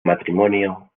matrimonio